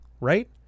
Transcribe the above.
right